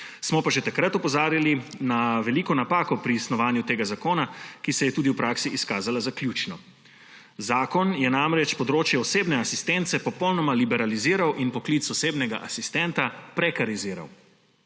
Smo pa že takrat opozarjali na veliko napako pri snovanju tega zakona, ki se je tudi v praksi izkazala za ključno. Zakon je namreč področje osebne asistence popolnoma liberaliziral in poklic osebnega asistenta prekariziral.